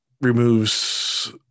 removes